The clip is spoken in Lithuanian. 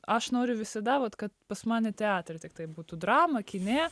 aš noriu visada vat kad pas mane teatre tiktai būtų drama kine